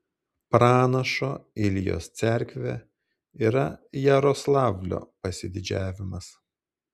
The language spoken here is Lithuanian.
pranašo iljos cerkvė yra jaroslavlio pasididžiavimas